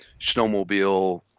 snowmobile